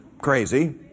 crazy